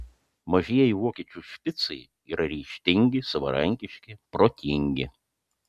mažieji vokiečių špicai yra ryžtingi savarankiški protingi